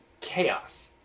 Chaos